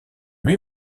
lui